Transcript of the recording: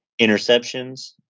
Interceptions